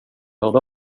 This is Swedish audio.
hörde